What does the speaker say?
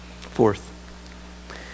Fourth